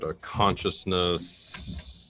consciousness